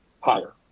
higher